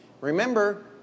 Remember